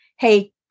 Hey